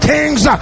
Kings